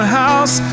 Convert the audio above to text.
house